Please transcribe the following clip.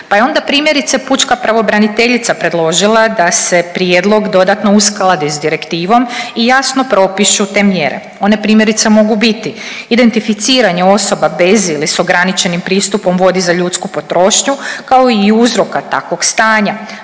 Pa je onda primjerice pučka pravobraniteljica predložila da se prijedlog dodatno uskladi s direktivom i jasno propišu te mjere. One primjerice mogu biti identificiranje osoba bez ili s ograničenim pristupom vodi za ljudsku potrošnju kao i uzroka takvog stanja,